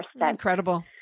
Incredible